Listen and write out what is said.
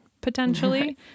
potentially